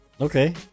Okay